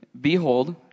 Behold